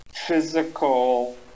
physical